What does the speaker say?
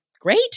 great